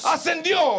Ascendió